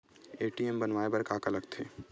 ATM बनवाय बर का का लगथे?